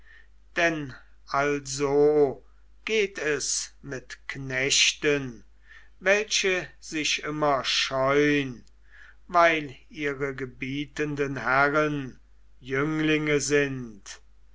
denn also geht es mit knechten welche sich immer scheun weil ihre gebietenden herren jünglinge sind